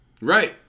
Right